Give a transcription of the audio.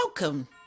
Welcome